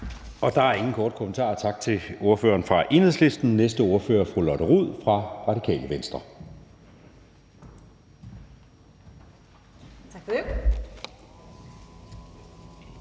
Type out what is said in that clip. Der er ingen korte bemærkninger. Tak til ordføreren for Enhedslisten. Næste ordfører er fru Lotte Rod fra Radikale Venstre. Kl.